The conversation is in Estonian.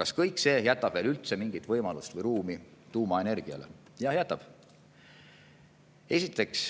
Kas kõik see jätab veel üldse mingit võimalust või ruumi tuumaenergiale? Jaa, jätab. Esiteks